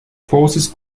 forces